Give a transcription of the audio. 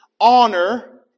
honor